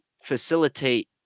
facilitate